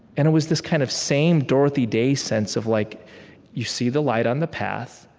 and it was this kind of same dorothy-day sense of like you see the light on the path,